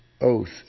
oath